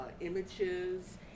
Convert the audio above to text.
images